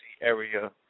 area